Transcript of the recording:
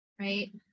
right